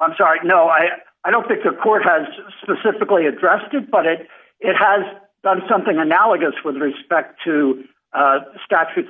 i'm sorry no i i don't think the court has specifically addressed it but it has done something analogous with respect to statutes